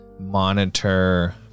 monitor